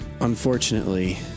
Unfortunately